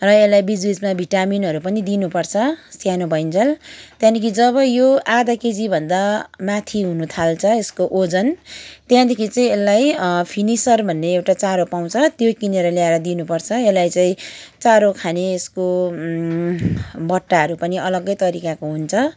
र यसलाई बिच बिचमा भिटामिनहरू पनि दिनुपर्छ सानो भइञ्जेल त्यहाँदेखि जब यो आधा केजीभन्दा माथि हुन थाल्छ यसको वजन त्यहाँदेखि चाहिँ यसलाई फिनिसर भन्ने एउटा चारो पाउँछ त्यो किनेर ल्याएर दिनुपर्छ यसलाई चाहिँ चारो खाने यसको बट्टाहरू पनि अलग्गै तरिकाको हुन्छ